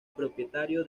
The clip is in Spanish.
propietario